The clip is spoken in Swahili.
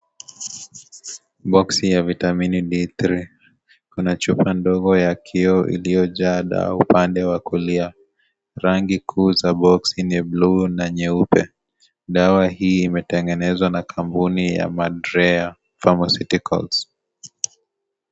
Boksi ya vitamini D3, iko na chupa ndogo ya kioo iliyojaa dawa upande wa kulia, rangi kuu za boksi ni bulu na nyeupe, dawa hii imetengenezwa na kampuni ya Madrea Pharmaceuticals.